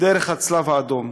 דרך "הצלב האדום".